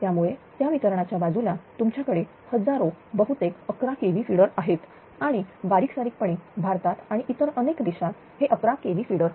त्यामुळे त्या वितरणाच्या बाजूला तुमच्याकडे हजारो बहुतेक 11 kV फिडर आहेत आणि बारीक सारीक पणे भारतात आणि इतर अनेक देशात हे 11kV फिडर